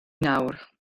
nawr